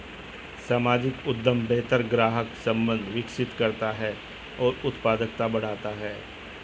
सामाजिक उद्यम बेहतर ग्राहक संबंध विकसित करता है और उत्पादकता बढ़ाता है